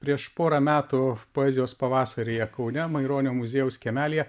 prieš porą metų poezijos pavasaryje kaune maironio muziejaus kiemelyje